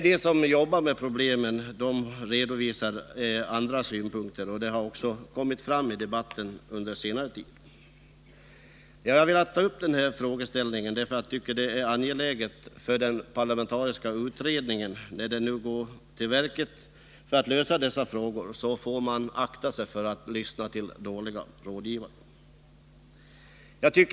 De som jobbar med problemen redovisar andra synpunkter, och det har också kommit fram i debatten under senare tid. Jag har velat ta upp den här frågeställningen därför att jag finner det angeläget att den parlamentariska utredningen, när den går till verket för att lösa dessa frågor, aktar sig för att lyssna till dåliga rådgivare.